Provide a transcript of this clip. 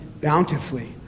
bountifully